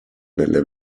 nelle